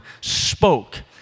spoke